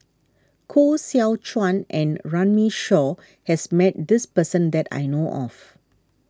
Koh Seow Chuan and Runme Shaw has met this person that I know of